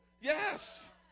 Yes